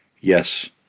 Yes